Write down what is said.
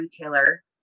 retailer